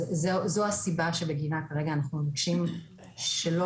זו הסיבה שבגינה כרגע אנחנו מבקשים שלא